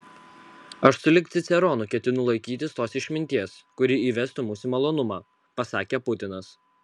aš sulig ciceronu ketinu laikytis tos išminties kuri įvestų mus į malonumą pasakė putinas